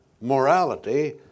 morality